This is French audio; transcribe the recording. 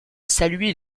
saluer